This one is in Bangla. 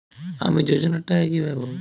আমি যোজনার টাকা কিভাবে পাবো?